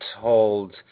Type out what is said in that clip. told